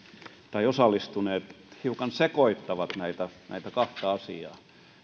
tai osallistuneet hiukan sekoittavat näitä näitä kahta asiaa